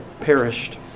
perished